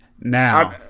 Now